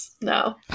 No